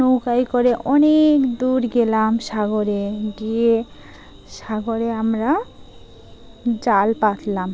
নৌকায় করে অনেক দূর গেলাম সাগরে গিয়ে সাগরে আমরা জাল পাতলাম